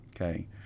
Okay